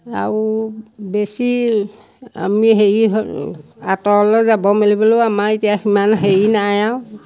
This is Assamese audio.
আৰু বেছি আমি হেৰি আঁতৰলৈ যাব মেলিবলৈও আমাৰ এতিয়া সিমান হেৰি নাই আৰু